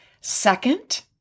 Second